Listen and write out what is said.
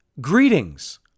Greetings